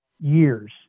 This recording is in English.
years